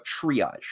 triage